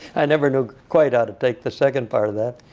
i never knew quite how to take the second part of that.